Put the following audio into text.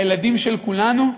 הילדים של כולנו,